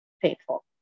painful